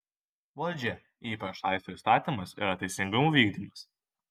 valdžią ypač saisto įstatymas ir teisingumo vykdymas